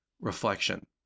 reflection